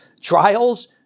Trials